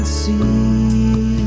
see